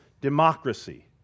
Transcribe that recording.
democracy